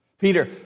Peter